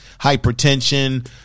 hypertension